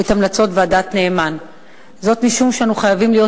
את המלצות ועדת-נאמן משום שאנו חייבים להיות